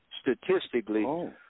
statistically